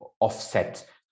offset